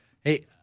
Hey